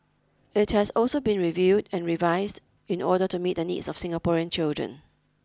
it has also been reviewed and revised in order to meet the needs of Singaporean children